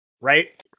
Right